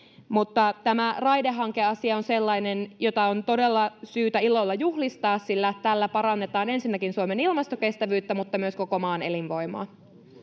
mutta tämä raidehankeasia on sellainen jota on todella syytä ilolla juhlistaa sillä tällä parannetaan ensinnäkin suomen ilmastokestävyyttä mutta myös koko maan elinvoimaa